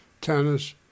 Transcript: tennis